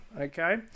okay